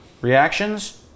Reactions